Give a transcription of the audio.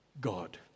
God